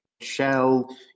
Shell